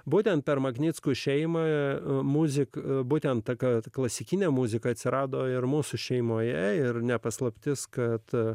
būtent per maknickų šeimą muziką būtent ta kad klasikinė muzika atsirado ir mūsų šeimoje ir ne paslaptis kad